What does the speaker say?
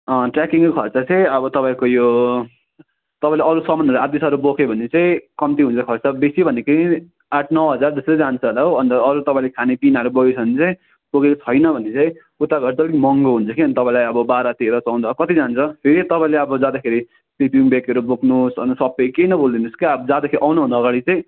अँ ट्रेकिङको खर्च चाहिँ अब तपाईँको यो तपाईँले अरू सामानहरू आधीसरो बोक्यो भने चाहिँ कम्ती हुन्छ खर्च बेसी भनेकै आठ नौ हजार जस्तो जान्छ होला हो अन्त अरू तपाईँले खानेपिनाहरू बोकेको छ भने चाहिँ बोकेको छैन भने चाहिँ उता गएर तपाईँको महँगो हुन्छ किनभने तपाईँलाई अब बाह्र तेह्र चौध कति जान्छ फेरि तपाईँले अब जाँदाखेरि स्लिपिङ ब्यागहरू बोक्नुहोस् अन्त सबै केही न भुलिदिनुहोस् के अब जाँदाखेरि आउनुभन्दा अगाडि चाहिँ